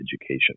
education